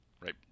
right